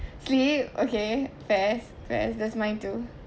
sleep okay fair fair that's mine too